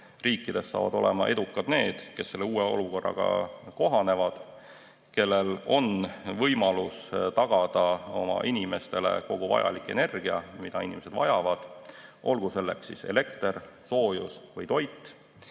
riikidest saavad olema edukad need, kes uue olukorraga kohanevad, kellel on võimalus tagada oma inimestele kogu energia, mida inimesed vajavad, olgu selleks siis elekter, soojus või toit.